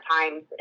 times